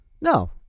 no